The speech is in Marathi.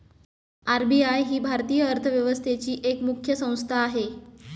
आर.बी.आय ही भारतीय अर्थव्यवस्थेची एक मुख्य संस्था आहे